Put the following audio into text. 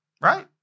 right